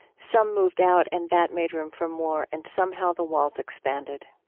some moved out and that made room for more. and somehow the walls expanded.